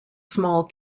small